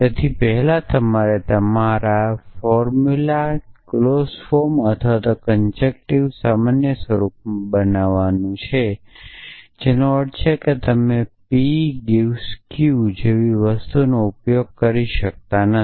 તેથી પહેલા તમારે તમારા ફોર્મુલા ક્લોઝ ફોર્મ અથવા કન્જેન્ક્ટીવ સામાન્ય સ્વરૂપમાં બનાવવાનું છે જેનો અર્થ છે કે તમે P 🡪 Q જેવી વસ્તુઓનો ઉપયોગ કરી શકતા નથી